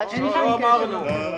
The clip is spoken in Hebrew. לא אמרנו.